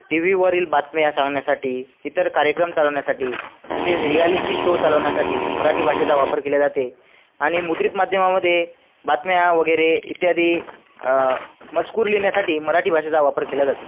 टीव्हीवरील बातम्या सांगण्यासाठी इतर कार्यक्रम चालवण्यासाठी तसेच रियालिटी शो चालवण्यासाठी मराठी भाषेचा वापर केल्या जाते आणि मुद्रित माध्यमामध्ये बातम्या वगैरे इत्यादी मजकुर लिहिण्यासाठी मराठी भाषेचा वापर केल्या जाते